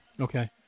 Okay